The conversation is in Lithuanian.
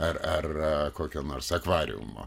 ar ar kokio nors akvariumo